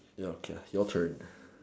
ya okay your turn